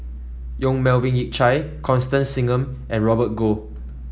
Yong Melvin Yik Chye Constance Singam and Robert Goh